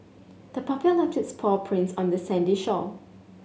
the puppy left its paw prints on the sandy shore